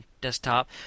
desktop